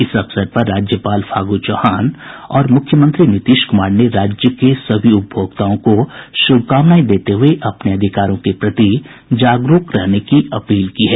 इस अवसर पर राज्यपाल फागू चौहान और मुख्यमंत्री नीतीश कुमार ने राज्य के सभी उपभोक्ताओं को शुभकामनाएं देते हुये अपने अधिकारों के प्रति जागरूक रहने की अपील की है